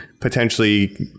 potentially